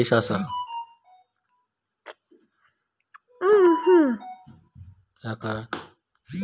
भारत ह्यो जगातलो सगळ्यात मोठो दूध उत्पादक देश आसा